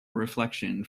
reflection